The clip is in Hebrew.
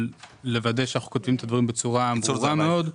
לוודא שאנחנו כותבים את הדברים בצורה ברורה מאוד.